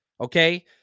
Okay